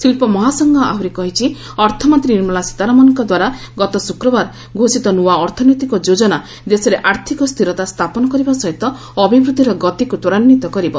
ଶିଳ୍ପ ମହାସଂଘ ଆହୁରି କହିଛି ଅର୍ଥମନ୍ତ୍ରୀ ନିର୍ମଳା ସୀତାରମଣଙ୍କ ଦ୍ୱାର ଗତ ଶୁକ୍ରବାର ଘୋଷିତ ନୂଆ ଅର୍ଥନୈତିକ ଯୋଜନା ଦେଶରେ ଆର୍ଥକ ସ୍ଥିରତା ସ୍ଥାପନ କରିବା ସହିତ ଅଭିବୃଦ୍ଧିର ଗତିକୁ ତ୍ୱରାନ୍ୱିତ କରିବ